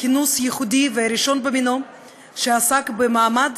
כינוס ייחודי וראשון במינו שעסק במעמד